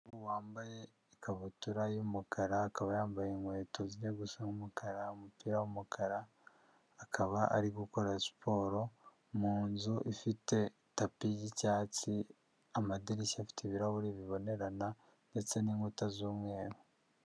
Umugabo wambaye ikabutura y'umukara akaba yambaye inkweto zijya gusa nk'umukara, umupira w'umukara, akaba ari gukora siporo mu nzu ifite tapi y'icyatsi, amadirishya afite ibirahuri bibonerana ndetse n'inkuta z'umweru.